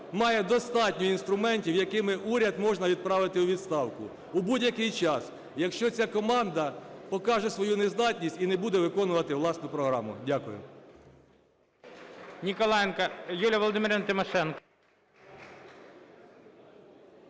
має достатньо інструментів, якими уряд можна відправити у відставку у будь-який час, якщо ця команда покаже свою нездатність і не буде виконувати власну програму. Дякую.